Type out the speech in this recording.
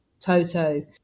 Toto